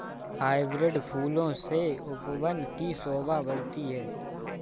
hybrid फूलों से उपवन की शोभा बढ़ती है